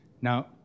Now